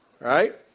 Right